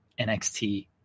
NXT